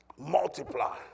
multiply